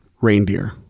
reindeer